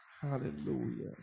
Hallelujah